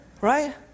right